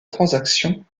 transaction